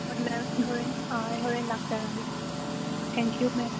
ꯍꯣꯏ ꯃꯦꯝ ꯍꯣꯔꯦꯟ ꯑꯩ ꯍꯣꯔꯦꯟ ꯂꯥꯛꯆꯔꯒꯦ ꯊꯦꯡ ꯀ꯭ꯌꯨ ꯃꯦꯝ